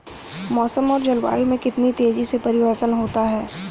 मौसम और जलवायु में कितनी तेजी से परिवर्तन होता है?